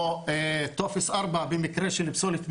או טופס 4 במקרה של פסולת בניין,